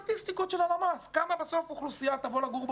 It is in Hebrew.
סטטיסטיקות של הלמ"ס כמה אוכלוסייה דתית תבוא לגור,